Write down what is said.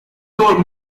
door